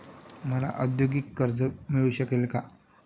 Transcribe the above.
मला औद्योगिक कर्ज मिळू शकेल का?